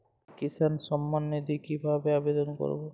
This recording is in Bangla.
কিষান সম্মাননিধি কিভাবে আবেদন করব?